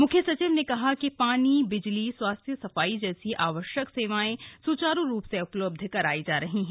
म्ख्य सचिव ने कहा कि पानी बिजली स्वास्थ्य सफाई जैसी आवश्यक सेवाएं सुचारू रूप से उपलब्ध कराई जा रही है